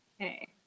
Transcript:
Okay